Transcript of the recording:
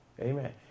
Amen